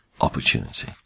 opportunity